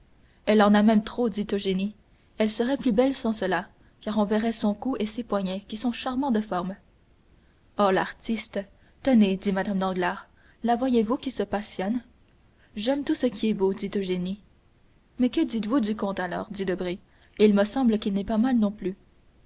elle en a même trop dit eugénie elle serait plus belle sans cela car on verrait son cou et ses poignets qui sont charmants de forme oh l'artiste tenez dit mme danglars la voyez-vous qui se passionne j'aime tout ce qui est beau dit eugénie mais que dites-vous du comte alors dit debray il me semble qu'il n'est pas mal non plus